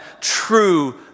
true